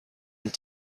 and